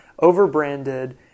overbranded